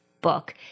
book